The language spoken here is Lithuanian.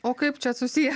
o kaip čia susiję